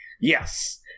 Yes